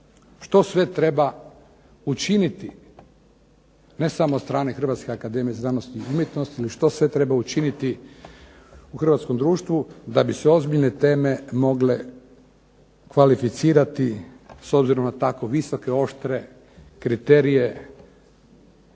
Što sve treba učiniti ne samo od strane Hrvatske akademije za znanost i umjetnost, nego što sve treba učiniti u hrvatskom društvu da bi se ozbiljne teme mogle kvalificirati s obzirom na tako visoke i oštre kriterije